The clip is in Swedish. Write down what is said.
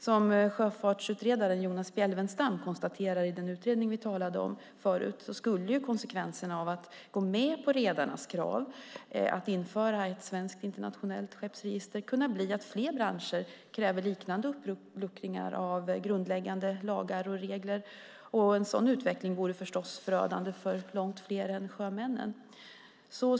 Som sjöfartsutredaren Jonas Bjelfvenstam konstaterar i den utredning som vi talade om förut skulle konsekvenserna av att gå med på redarnas krav på att införa ett svenskt internationellt skeppsregister kunna bli att fler branscher kräver liknande uppluckringar av grundläggande lagar och regler. En sådan utveckling vore förstås förödande för långt fler än sjömännen.